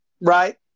Right